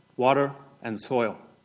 water and soil.